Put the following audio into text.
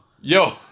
Yo